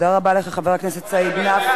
תודה רבה לך, חברת הכנסת סעיד נפאע.